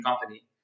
company